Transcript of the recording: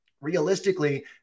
realistically